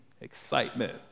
excitement